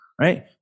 right